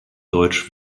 deutsch